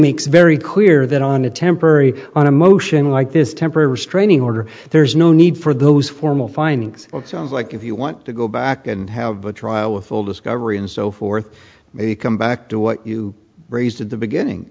makes very clear that on a temporary on a motion like this temporary restraining order there's no need for those formal findings like if you want to go back and have a trial with full discovery and so forth you come back to what you raised at the beginning